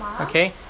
okay